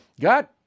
got